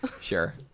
Sure